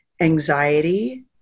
anxiety